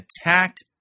attacked